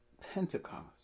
Pentecost